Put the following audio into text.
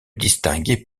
distinguait